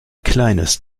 kleines